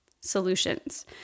solutions